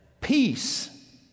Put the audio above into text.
Peace